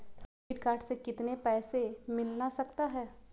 Debit card से कितने पैसे मिलना सकता हैं?